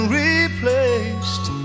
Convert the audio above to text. replaced